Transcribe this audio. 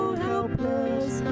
helpless